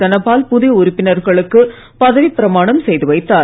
தனபால் புதிய உறுப்பினர்களுக்கு பதவி பிரமாணம் செய்து வைத்தார்